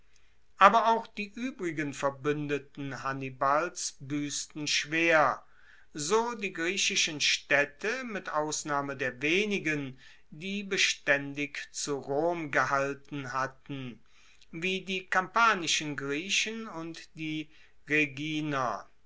aber auch die uebrigen verbuendeten hannibals buessten schwer so die griechischen staedte mit ausnahme der wenigen die bestaendig zu rom gehalten hatten wie die kampanischen griechen und die rheginer